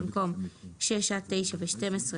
במקום "6 עד 9 ו-12,